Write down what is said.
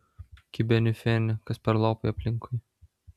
kibeni feni kas per lopai aplinkui